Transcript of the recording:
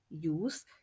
Use